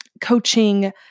coaching